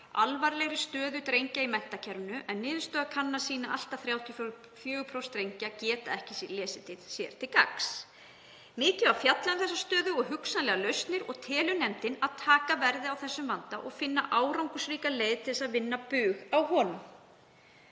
alvarlegri stöðu drengja í menntakerfinu en niðurstöður kannana sýna að allt að 34% drengja geti ekki lesið sér til gagns. Mikið var fjallað um þessa stöðu og hugsanlegar lausnir og telur nefndin að taka verði á þessum vanda og finna árangursríka leið til þess að vinna bug á honum.“